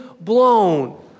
blown